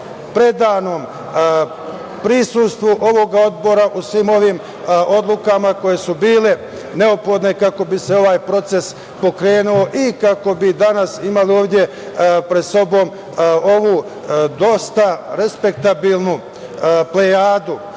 predanom prisustvu ovog odbora u svim ovim odlukama koje su bile neophodne kako bi se ovaj proces pokrenuo i kako bi danas imali ovde pred sobom ovu dosta respektabilnu plejadu